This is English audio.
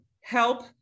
help